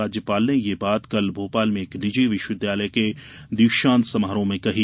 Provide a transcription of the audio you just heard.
राज्यपाल ने यह बात कल भोपाल में एक निजी विश्वविद्यालय के दीक्षांत समारोह में कही